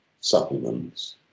supplements